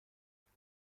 برات